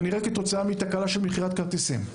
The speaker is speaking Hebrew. כנראה כתוצאה מתקלה של מכירת כרטיסים,